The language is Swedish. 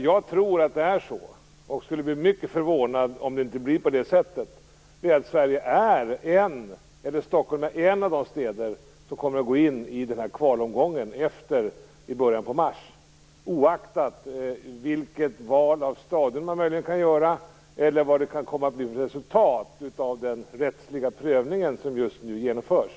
Jag tror dock, och skulle bli mycket förvånad om det inte blev så, att Stockholm är en av de städer som går in i kvalomgången i början av mars - oaktat vilket val av stadion man kan göra och vad det blir för resultat av den rättsliga prövning som just nu genomförs.